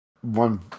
one